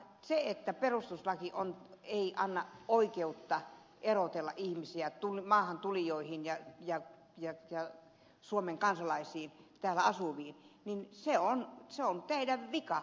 se että perustuslaki ei anna oikeutta erotella ihmisiä maahantulijoihin ja suomen kansalaisiin täällä asuviin niin se on teidän vikanne